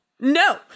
no